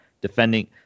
Defending